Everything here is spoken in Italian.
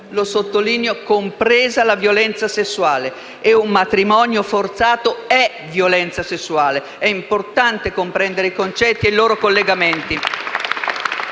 Sottolineo: «compresa la violenza sessuale», e un matrimonio forzato è violenza sessuale. È importante comprendere i concetti e i loro collegamenti.